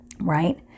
Right